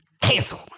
cancel